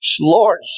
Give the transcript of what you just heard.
Lord